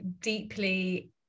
deeply